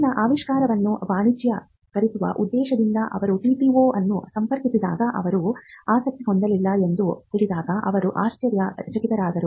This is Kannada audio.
ತನ್ನ ಆವಿಷ್ಕಾರವನ್ನು ವಾಣಿಜ್ಯೀಕರಿಸುವ ಉದ್ದೇಶದಿಂದ ಅವರು TTO ಅನ್ನು ಸಂಪರ್ಕಿಸಿದಾಗ ಅವರು ಆಸಕ್ತಿ ಹೊಂದಿಲ್ಲ ಎಂದು ತಿಳಿದಾಗ ಅವರು ಆಶ್ಚರ್ಯಚಕಿತರಾದರು